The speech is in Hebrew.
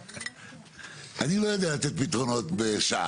אני לא יודע לתת פתרונות בשעה,